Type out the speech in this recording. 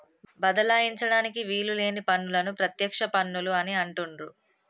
బదలాయించడానికి వీలు లేని పన్నులను ప్రత్యక్ష పన్నులు అని అంటుండ్రు